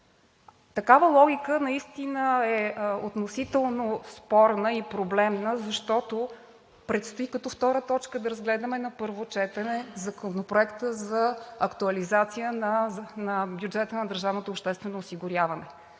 Такава логика наистина е относително спорна и проблемна, защото предстои като втора точка да разгледаме на първо четене Законопроекта за актуализация на бюджета на